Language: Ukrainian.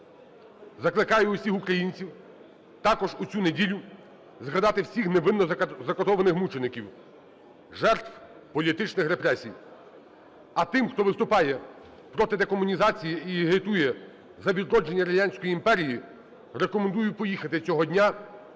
закликаю усіх українців також в цю неділю згадати всіх невинно закатованих мучеників, жертв політичних репресій. А тим, хто виступає проти декомунізації і агітує за відродження радянської імперії, рекомендую поїхати цього дня